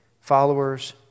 followers